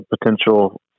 potential